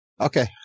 Okay